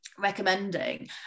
recommending